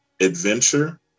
adventure